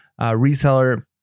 reseller